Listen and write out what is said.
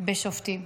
שמקצץ בשופטים?